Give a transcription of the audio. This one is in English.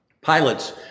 Pilots